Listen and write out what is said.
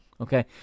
Okay